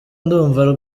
ndumva